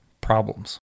problems